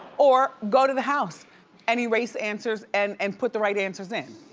or go to the house and erase answers and and put the right answers in.